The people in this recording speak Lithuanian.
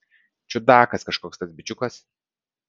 čiudakas kažkoks tas bičiukas